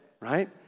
right